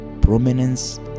prominence